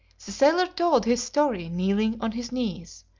sailor told his story kneeling on his knees,